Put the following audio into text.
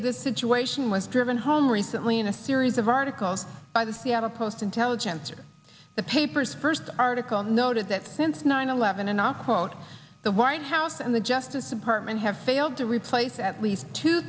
of the situation was driven home recently in a series of articles by the seattle post intelligencer the paper's first article noted that since nine eleven in our quote the white house and the justice department have failed to replace at least two